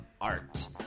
art